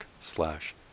slash